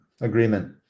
Agreement